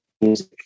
music